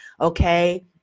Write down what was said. okay